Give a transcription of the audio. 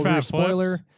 spoiler